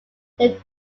they